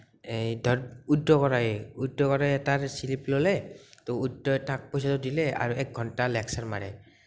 এই ধৰ উইড্ৰ কৰাই উইড্ৰ কৰে তাৰ শ্লিপ ল'লে ত' উইড্ৰ তাক পইচাটো দিলে আৰু একঘণ্টা লেকচাৰ মাৰে